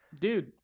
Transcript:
dude